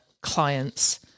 clients